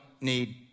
need